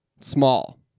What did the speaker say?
Small